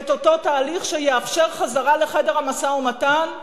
את אותו תהליך שיאפשר חזרה לחדר המשא-ומתן,